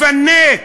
לפנק,